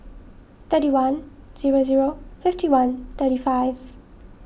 thirty one zero zero fifty one thirty five